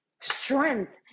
strength